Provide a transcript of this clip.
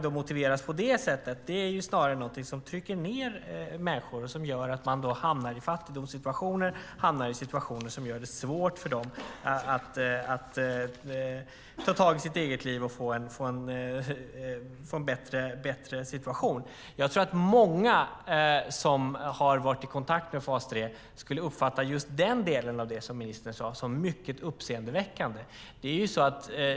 Det är snarare någonting som trycker ned människor och gör att människor hamnar i fattigdomssituationer, situationer som gör det svårt för dem att ta tag i sitt eget liv och få en bättre tillvaro. Jag tror att många som har varit i kontakt med fas 3 skulle uppfatta just den här delen som mycket uppseendeväckande.